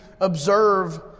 observe